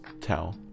tell